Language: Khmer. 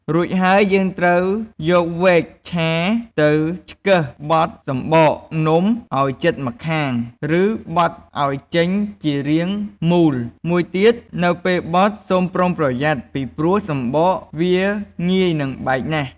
រួចហើយ យើងត្រូវយកវែកឆាទៅឆ្កឹះបត់សំបកនំឱ្យជិតម្ខាង ឬ បត់ឱ្យចេញជារាងមូល មួយទៀត នៅពេលបត់ សូមប្រុងប្រយ័ត្នពីព្រោះសំបកវាងាយនឹងបែកណាស់។